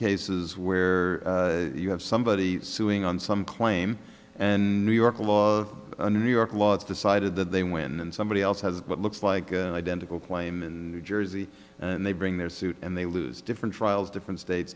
cases where you have somebody suing on some claim and new york law of the new york law it's decided that they win and somebody else has what looks like an identical claim and new jersey and they bring their suit and they lose different trials different states